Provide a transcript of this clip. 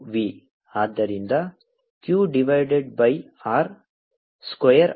ಆದ್ದರಿಂದ q divided by r square ಆಗಿದೆ